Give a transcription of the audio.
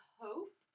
hope